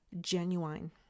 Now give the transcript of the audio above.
genuine